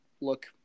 look